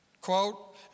quote